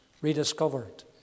rediscovered